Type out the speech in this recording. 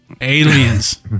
Aliens